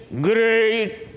great